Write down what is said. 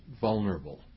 vulnerable